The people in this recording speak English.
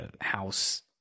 house